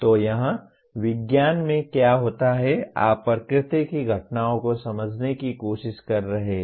तो यहां विज्ञान में क्या होता है आप प्रकृति की घटनाओं को समझने की कोशिश कर रहे हैं